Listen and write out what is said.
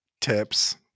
tips